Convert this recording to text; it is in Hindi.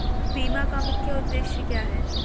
बीमा का मुख्य उद्देश्य क्या है?